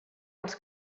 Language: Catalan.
els